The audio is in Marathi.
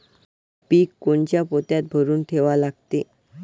पीक कोनच्या पोत्यात भरून ठेवा लागते?